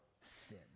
sin